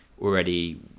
already